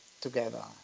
together